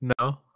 no